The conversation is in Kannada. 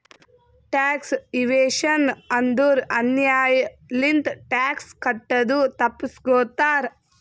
ಟ್ಯಾಕ್ಸ್ ಇವೇಶನ್ ಅಂದುರ್ ಅನ್ಯಾಯ್ ಲಿಂತ ಟ್ಯಾಕ್ಸ್ ಕಟ್ಟದು ತಪ್ಪಸ್ಗೋತಾರ್